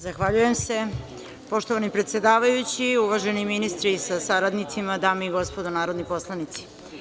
Zahvaljujem se poštovani predsedavajući, uvaženi ministri sa saradnicima, dame i gospodo narodni poslanici.